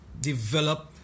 develop